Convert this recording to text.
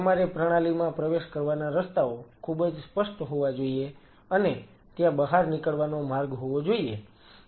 કે તમારે પ્રણાલીમાં પ્રવેશ કરવાના રસ્તાઓ ખૂબજ સ્પષ્ટ હોવા જોઈએ અને ત્યાં બહાર નીકળવાનો માર્ગ હોવો જોઈએ